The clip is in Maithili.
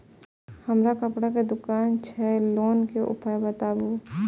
हमर कपड़ा के दुकान छै लोन के उपाय बताबू?